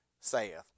saith